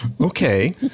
Okay